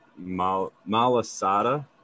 malasada